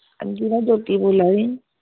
हां जी में ज्योति बोला दी